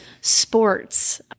sports